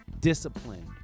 discipline